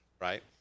Right